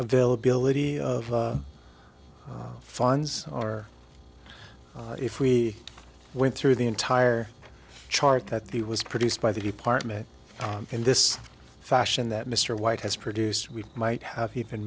availability of funds or if we went through the entire chart that the was produced by the department in this fashion that mr white has produced we might have even